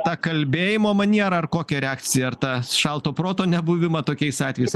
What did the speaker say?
tą kalbėjimo manierą ar kokią reakciją ar tą šalto proto nebuvimą tokiais atvejais